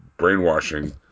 brainwashing